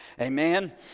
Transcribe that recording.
Amen